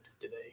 today